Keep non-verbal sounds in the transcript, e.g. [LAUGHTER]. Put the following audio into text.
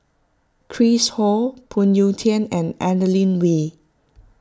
Chris Ho Phoon Yew Tien and Adeline [UNINTELLIGIBLE]